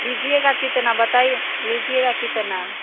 लीजिएगा कितना बताइए न लीजिएगा कितना